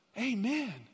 Amen